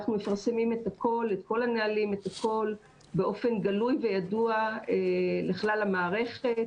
אנחנו מפרסמים את כל הנהלים באופן גלוי וידוע לכלל המערכת,